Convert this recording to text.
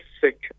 sick